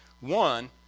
One